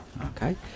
Okay